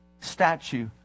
statue